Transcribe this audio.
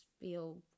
feel